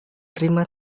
terima